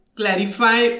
clarify